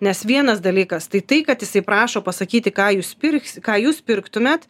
nes vienas dalykas tai tai kad jisai prašo pasakyti ką jūs pirksit ką jūs pirktumėt